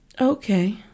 Okay